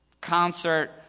concert